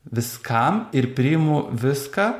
viskam ir priimu viską